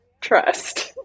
trust